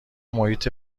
محیط